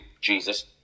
Jesus